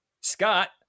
Scott